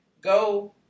go